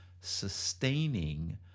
sustaining